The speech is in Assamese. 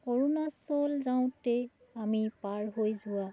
অৰুণাচল যাওঁতে আমি পাৰ হৈ যোৱা